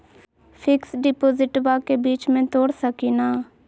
Fix डिपोजिटबा के बीच में तोड़ सकी ना?